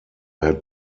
had